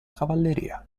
cavalleria